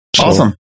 awesome